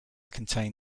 contained